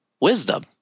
Wisdom